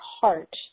heart